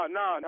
no